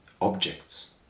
objects